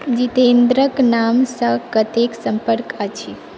जितेन्द्रके नामसँ कतेक सम्पर्क अछि